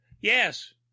yes